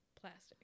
plastic